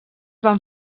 van